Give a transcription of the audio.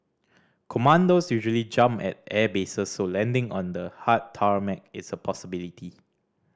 commandos usually jump at airbases so landing on the hard tarmac is a possibility